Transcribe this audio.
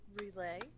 relay